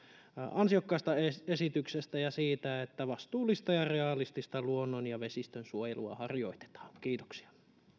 ansiokkaasta esityksestä ja siitä että vastuullista ja realistista luonnon ja vesistönsuojelua harjoitetaan kiitoksia